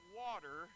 water